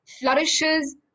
flourishes